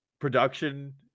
production